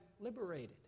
liberated